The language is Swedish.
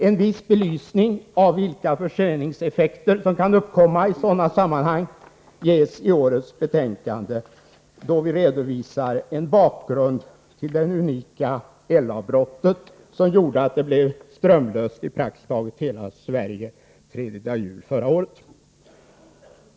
En viss belysning av vilka förseningseffekter som kan uppkomma i sådana sammanhang ges i årets betänkande där vi redovisar en bakgrund till det unika elavbrottet som gjorde att det blev strömlöst i praktiskt taget hela Sverige tredjedag jul förra året.